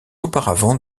auparavant